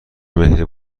مهر